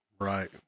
Right